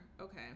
Okay